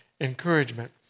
encouragement